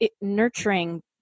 nurturing